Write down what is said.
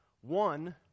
One